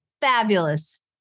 Fabulous